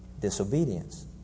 disobedience